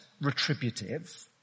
retributive